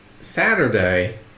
Saturday